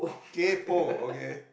kaypo okay